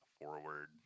forward